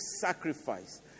sacrifice